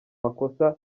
makosa